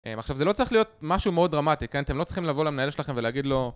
עכשיו זה לא צריך להיות משהו מאוד דרמטי, כן, אתם לא צריכים לבוא למנהל שלכם ולהגיד לו...